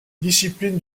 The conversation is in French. discipline